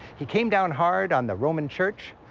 he came down hard on the roman church,